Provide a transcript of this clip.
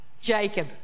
Jacob